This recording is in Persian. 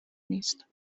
نیست